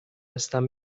هستم